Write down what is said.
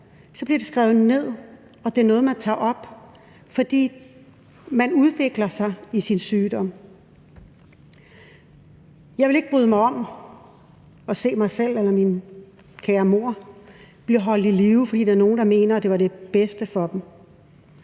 så bliver det skrevet ned og er noget, der bliver taget op, for man udvikler sig under sin sygdom. Jeg ville ikke bryde mig om at se mig selv eller min kære mor blive holdt i live, fordi der er nogle, der mener, at det ville være det bedste for os.